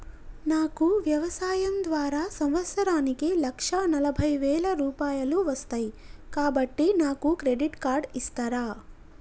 నాకు వ్యవసాయం ద్వారా సంవత్సరానికి లక్ష నలభై వేల రూపాయలు వస్తయ్, కాబట్టి నాకు క్రెడిట్ కార్డ్ ఇస్తరా?